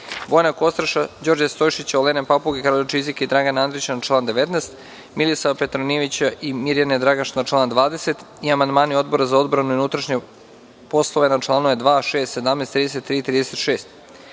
Bojana Kostreša, Đorđa Stojšića, Olene Papuge, Karolja Čizika i Dragana Andrića na član 19; Milisava Petronijevića i Mirjane Dragaš na član 20. i amandmani Odbora za odbranu i unutrašnje poslove na članove 2, 6, 17, 33, i